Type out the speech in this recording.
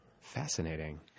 Fascinating